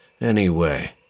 anyway